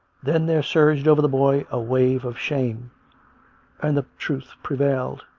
then there surged over the boy a wave of shame and the truth prevailed.